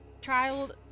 child